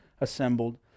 assembled